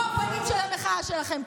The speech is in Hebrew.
הוא הפנים של המחאה שלכם.